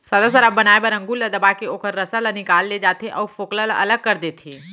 सादा सराब बनाए बर अंगुर ल दबाके ओखर रसा ल निकाल ले जाथे अउ फोकला ल अलग कर देथे